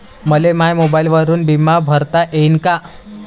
मले माया मोबाईलवरून बिमा भरता येईन का?